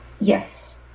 yes